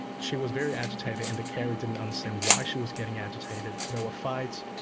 she was very agitated and the carer didn't understand why she was getting agitated. there were fights,